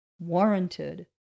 warranted